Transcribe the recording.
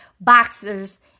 boxers